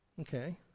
Okay